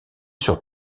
sur